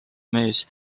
mees